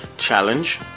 challenge